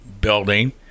building